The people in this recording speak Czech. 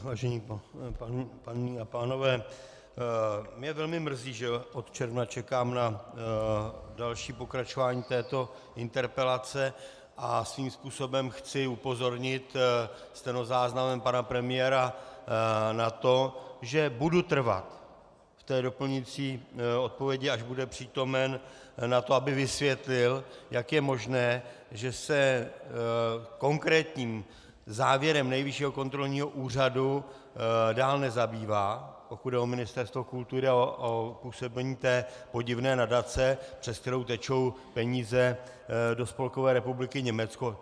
Vážené paní a vážení pánové, mě velmi mrzí, že od června čekám na další pokračování této interpelace, a svým způsobem chci upozornit stenozáznamem pana premiéra na to, že budu trvat v té doplňující odpovědi, až bude přítomen, na tom, aby vysvětlil, jak je možné, že se konkrétním závěrem Nejvyššího kontrolního úřadu dál nezabývá, pokud jde o Ministerstvo kultury a o působení té podivné nadace, přes kterou tečou peníze do Spolkové republiky Německo.